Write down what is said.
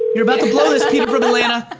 you're about to blow this peter form atlanta.